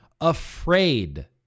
afraid